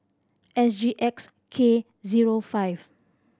S G X K zero five